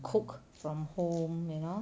cook from home you know